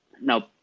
Now